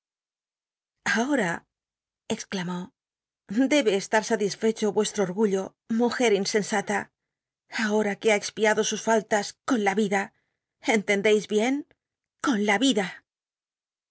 l exclamó debe estar satisfecho i'uesho orgullo mujer insensata ahora que ha expiado sus fallas con la vida cntcndcis bien con la yida